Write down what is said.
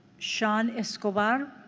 sean escobar?